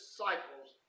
cycles